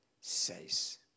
says